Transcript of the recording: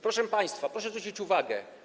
Proszę państwa, proszę zwrócić uwagę.